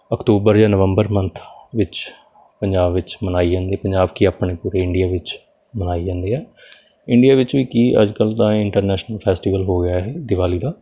October ਜਾਂ ਨਵੰਬਰ month ਵਿੱਚ ਪੰਜਾਬ ਵਿੱਚ ਮਨਾਈ ਜਾਂਦੀ ਪੰਜਾਬ ਕੀ ਆਪਣੇ ਪੂਰੇ ਇੰਡੀਆ ਵਿੱਚ ਮਨਾਈ ਜਾਂਦੀ ਹੈ ਇੰਡੀਆ ਵਿੱਚ ਵੀ ਕੀ ਅੱਜ ਕੱਲ੍ਹ ਤਾਂ ਇੰਟਰਨੈਸ਼ਨਲ ਫੈਸਟੀਵਲ ਹੋ ਗਿਆ ਇਹ ਦਿਵਾਲੀ ਦਾ